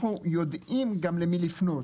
אנחנו יודעים גם למי לפנות.